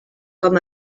com